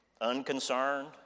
unconcerned